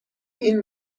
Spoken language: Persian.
این